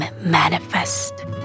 manifest